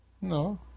No